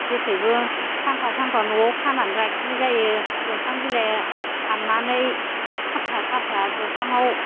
जेखैबो सानफा सानफा न'आव खानानै लाखिनाय जायो दंफां बिलाइ हाननानै खाबथा खाबथा दंफाङाव